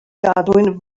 gadwyn